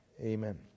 Amen